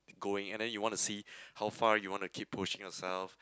going and then you want to see how far you want to keep pushing yourself